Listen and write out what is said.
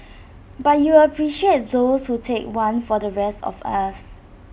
but you appreciate those who take one for the rest of us